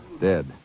Dead